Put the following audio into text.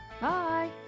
Bye